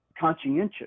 conscientious